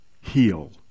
heal